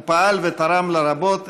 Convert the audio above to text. הוא פעל ותרם לה רבות,